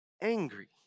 angry